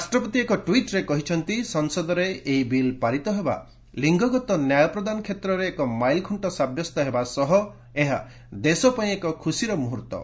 ରାଷ୍ଟ୍ରପତି ଏକ ଟ୍ୱିଟ୍ରେ କହିଛନ୍ତି ସଂସଦରେ ଏହି ବିଲ୍ ପାରିତ ହେବା ଲିଙ୍ଗଗତ ନ୍ୟାୟ ପ୍ରଦାନ କ୍ଷେତ୍ରରେ ଏକ ମାଇଲ୍ଖୁଙ୍କ ସାବ୍ୟସ୍ତ ହେବା ସହ ଏହା ଦେଶ ପାଇଁ ଏକ ଖୁସିର ମୁହର୍ତ୍ତ୍ତ